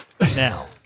Now